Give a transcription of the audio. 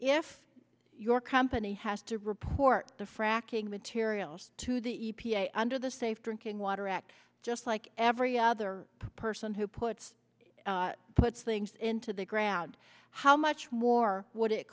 if your company has to report the fracking materials to the e p a under the safe drinking water act just like every other person who puts puts things into the ground how much more would it